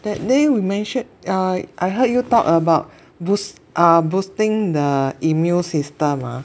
that day we mentioned uh I heard you talk about boost uh boosting the immune system ah